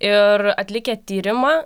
ir atlikę tyrimą